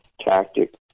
tactic